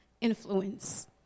influence